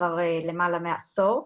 כבר למעלה מעשור.